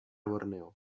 borneo